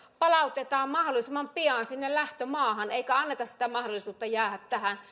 palautetaan mahdollisimman pian sinne lähtömaahan eikä anneta mahdollisuutta jäädä